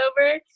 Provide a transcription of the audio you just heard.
over